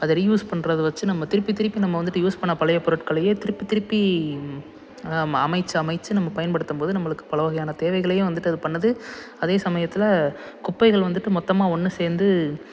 அதை ரீயூஸ் பண்ணுறத வச்சு நம்ம திருப்பி திருப்பி நம்ம வந்துட்டு யூஸ் பண்ண பழையை பொருட்களையே திருப்பி திருப்பி அமைத்து அமைத்து நம்ம பயன்படுத்தம் போது நம்மளுக்கு பல வகையான தேவைகளையும் வந்துட்டு அது பண்ணுது அதே சமயத்தில் குப்பைகள் வந்துட்டு மொத்தமாக ஒன்று சேர்ந்து